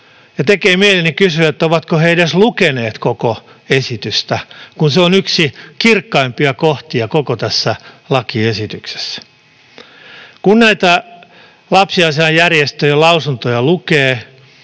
ja tekee mieleni kysyä, ovatko he edes lukeneet koko esitystä, kun se on yksi kirkkaimpia kohtia koko tässä lakiesityksessä. Kun näitä lapsiasiainjärjestöjen lausuntoja lukee,